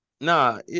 nah